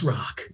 Rock